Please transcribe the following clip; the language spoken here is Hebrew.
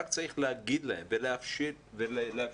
רק צריך להגיד להם ולאפשר להם.